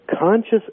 conscious